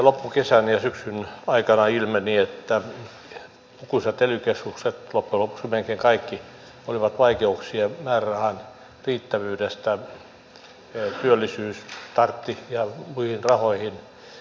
loppukesän ja syksyn aikana ilmeni että lukuisilla ely keskuksilla loppujen lopuksi melkein kaikilla oli vaikeuksia määrärahan riittävyydessä työllisyys startti ja muihin rahoihin